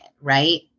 right